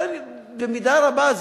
אבל במידה רבה,